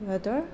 সিহঁতৰ